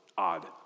Odd